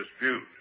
dispute